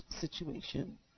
situation